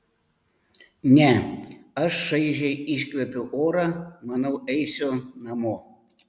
ne aš šaižiai iškvepiu orą manau eisiu namo